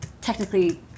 technically